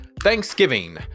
Thanksgiving